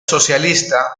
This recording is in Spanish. socialista